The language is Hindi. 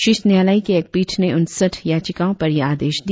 शीर्ष न्यायालय की एक पीठ ने उनसठ याचिकाओं पर यह आदेश दिया